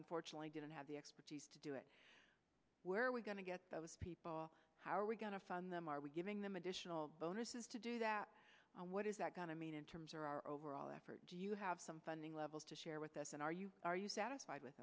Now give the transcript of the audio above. unfortunately didn't have the expertise to do it where we're going to get people how are we going to fund them are we giving them additional bonuses to do that what is that going to mean in terms of our overall effort do you have some funding levels to share with us and are you are you satisfied with